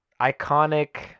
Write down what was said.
iconic